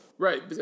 Right